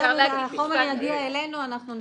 החומר יגיע אלינו ואנחנו נבדוק.